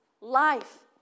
life